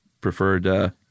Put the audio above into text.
preferred –